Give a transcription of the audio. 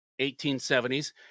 1870s